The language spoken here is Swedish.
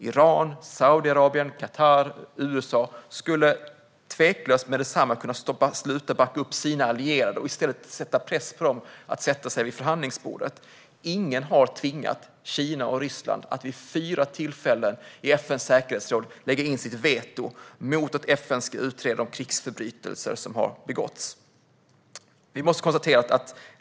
Iran, Saudiarabien, Qatar och USA skulle tveklöst med detsamma kunna sluta att backa upp sina allierade och i stället sätta press på dem att sätta sig vid förhandlingsbordet. Ingen har tvingat Kina och Ryssland att vid fyra tillfällen i FN:s säkerhetsråd lägga sitt veto mot att FN ska utreda de krigsförbrytelser som har begåtts.